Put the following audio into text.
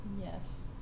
Yes